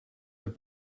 had